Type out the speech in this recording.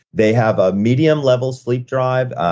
they have a medium level sleep drive.